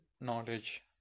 knowledge